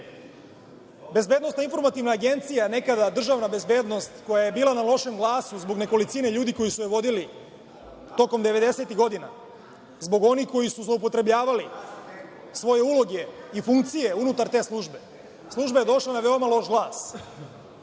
sistema. Bezbednosno-informativna agencija, nekada državna bezbednost, koja je bila na lošem glasu zbog nekolicine ljudi koji su je vodili tokom 90-ih godina, zbog onih koji su zloupotrebljavali svoje uloge i funkcije unutar te službe, služba je došla na veoma loš glas,